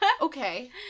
Okay